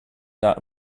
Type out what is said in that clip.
that